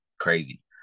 crazy